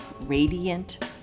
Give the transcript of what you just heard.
Radiant